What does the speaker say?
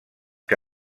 que